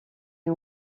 est